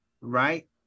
right